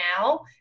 now